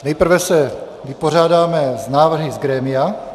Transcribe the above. Nejprve se vypořádáme s návrhy z grémia.